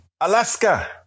Alaska